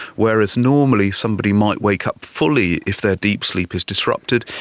whereas normally somebody might wake up fully if their deep sleep is disrupted,